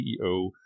CEO